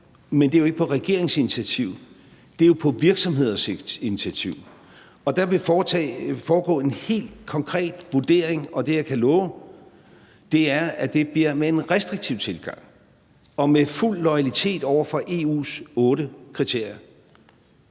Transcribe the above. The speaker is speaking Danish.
Men det er jo ikke på regeringens initiativ. Det er jo på virksomhedernes initiativ. Der vil foregå en helt konkret vurdering, og det, jeg kan love, er, at det bliver med en restriktiv tilgang og med fuld loyalitet over for EU's otte kriterier.